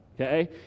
okay